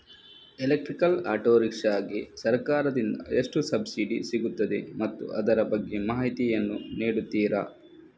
Electrical auto rickshaw ಗೆ ಸರ್ಕಾರ ದಿಂದ ಎಷ್ಟು ಸಬ್ಸಿಡಿ ಸಿಗುತ್ತದೆ ಮತ್ತು ಅದರ ಬಗ್ಗೆ ಮಾಹಿತಿ ಯನ್ನು ನೀಡುತೀರಾ?